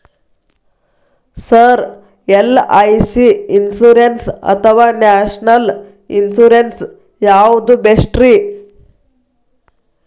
Sir LIC insurance ಅಥವಾ national insurance ಯಾವುದು ಬೆಸ್ಟ್ರಿ?